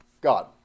God